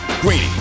Greeny